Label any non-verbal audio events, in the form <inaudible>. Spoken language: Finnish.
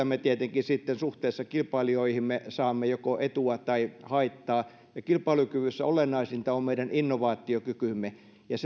<unintelligible> me tietenkin suhteessa kilpailijoihimme saamme joko etua tai haittaa ja kilpailukyvyssä olennaisinta on meidän innovaatiokykymme ja <unintelligible>